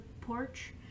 porch